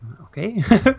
Okay